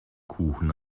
kuchen